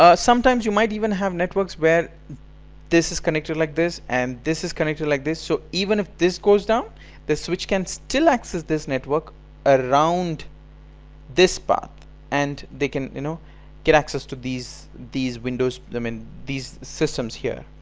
ah sometimes you might even have networks where this is connected like this and this is connected like this. so even if this goes down this switch can still access this network around this path and they can you know get access to these these windows. i mean. and these systems here!